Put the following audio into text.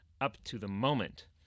up-to-the-moment